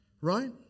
Right